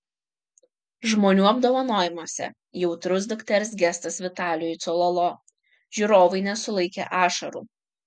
žmonių apdovanojimuose jautrus dukters gestas vitalijui cololo žiūrovai nesulaikė ašarų